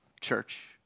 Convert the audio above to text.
church